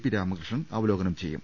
P Ramakrishnan അവലോ കനം ചെയ്യും